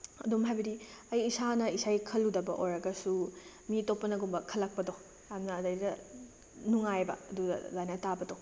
ꯑꯗꯨꯝ ꯍꯥꯏꯕꯗꯤ ꯑꯩ ꯏꯁꯥꯅ ꯏꯁꯩ ꯈꯜꯂꯨꯗꯕ ꯑꯣꯏꯔꯒꯁꯨ ꯃꯤ ꯑꯇꯣꯞꯄꯅꯒꯨꯝꯕ ꯈꯜꯂꯛꯄꯗꯣ ꯌꯥꯝꯅ ꯑꯗꯩꯗꯨꯗ ꯅꯨꯡꯉꯥꯏꯕ ꯑꯗꯨꯗ ꯑꯗꯨꯃꯥꯏꯅ ꯇꯥꯕꯗꯣ